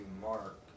Mark